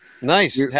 nice